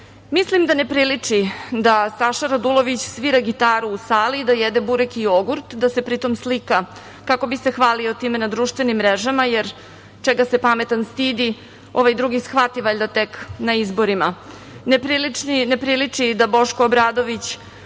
da ne priliči da Saša Radulović svira gitaru u sali, da jede burek i jogurt, da se pri tom slika kako bi se hvalio time na društvenim mrežama, jer čega se pametan stidi ovaj drugi shvati, valjda, tek na izborima. Ne priliči ni da Boško Obradović